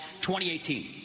2018